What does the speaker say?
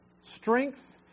strength